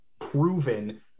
proven